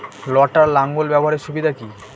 লটার লাঙ্গল ব্যবহারের সুবিধা কি?